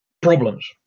problems